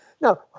Now